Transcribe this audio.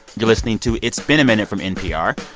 you're listening to it's been a minute from npr.